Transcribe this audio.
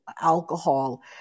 alcohol